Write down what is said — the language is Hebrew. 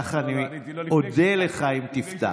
ככה אני אודה לך אם תפתח.